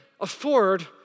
afford